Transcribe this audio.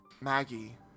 Maggie